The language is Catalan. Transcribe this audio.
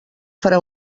farà